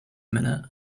minute